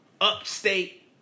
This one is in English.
upstate